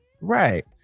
Right